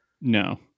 No